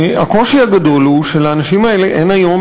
הקושי הגדול הוא שלאנשים האלה אין היום